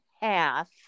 half